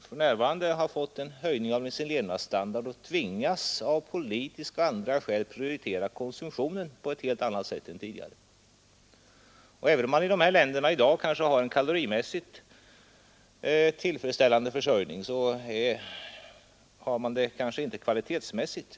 De har nu fått en höjning av sin levnadsstandard och tvingas av politiska och andra skäl prioritera konsumtionen på ett annat sätt än tidigare. Även om man i dessa länder i dag har en kalorimässigt tillfredsställande försörjning gäller detsamma inte kvalitetsmässigt.